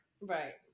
Right